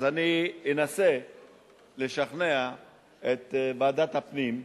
אז אני אנסה לשכנע את ועדת הפנים.